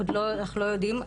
עוד אנחנו לא יודעים,